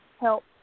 help